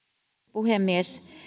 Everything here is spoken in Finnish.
puhemies